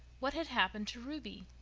what had happened to ruby?